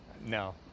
No